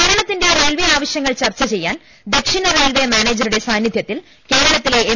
കേരളത്തിന്റെ റയിൽവേ ആവശ്യങ്ങൾ ചർച്ച ചെയ്യാൻ ദക്ഷിണ റയിൽവേ മാനേജറുടെ സാന്നിധ്യത്തിൽ കേരളത്തിലെ എം